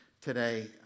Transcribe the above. today